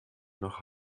nach